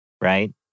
right